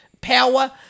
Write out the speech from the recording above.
power